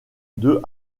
deux